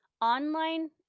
online